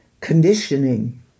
conditioning